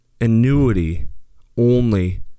annuity-only